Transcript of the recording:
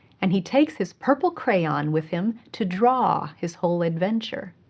and he takes his purple crayon with him to draw his whole adventure.